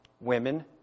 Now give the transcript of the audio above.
women